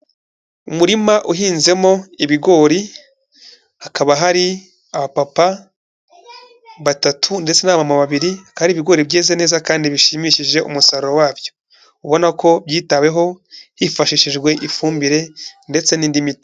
Umurima uhinzemo ibigori hakaba hari abapapa batatu ndetse n'abantu babiri hari ibigori byeze neza kandi bishimishije umusaruro wabyo ubona ko byitaweho hifashishijwe ifumbire ndetse n'indi miti.